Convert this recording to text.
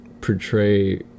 portray